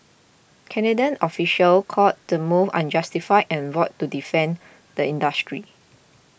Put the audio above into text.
Canadian officials called the move unjustified and vowed to defend the industry